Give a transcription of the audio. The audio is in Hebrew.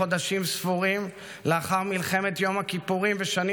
חודשים ספורים לאחר מלחמת יום הכיפורים ושנים